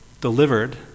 delivered